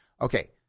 Okay